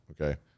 okay